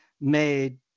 made